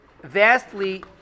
vastly